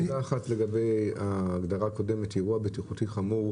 יש לי הערה לגבי ההגדרה הקודמת אירוע בטיחותי חמור.